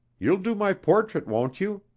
you'll do my portrait, won't you?